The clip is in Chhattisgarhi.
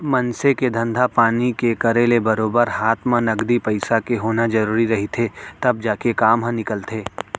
मनसे के धंधा पानी के करे ले बरोबर हात म नगदी पइसा के होना जरुरी रहिथे तब जाके काम ह निकलथे